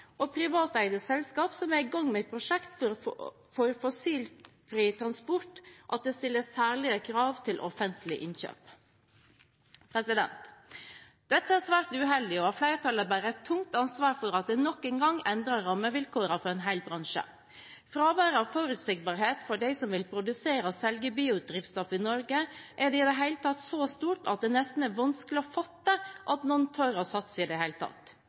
og privateide selskaper som er i gang med prosjekter for fossilfri transport, at det stilles særlige krav til offentlige innkjøp. Dette er svært uheldig, og flertallet bærer et tungt ansvar for at det nok en gang endrer rammevilkårene for en hel bransje. Fraværet av forutsigbarhet for dem som vil produsere og selge biodrivstoff i Norge, er i det hele tatt så stort at det nesten er vanskelig å fatte at noen tør å satse i det hele tatt.